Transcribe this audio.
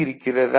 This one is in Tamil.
இருக்கிறதா